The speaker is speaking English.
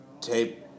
tape